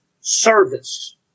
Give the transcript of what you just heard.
service